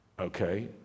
Okay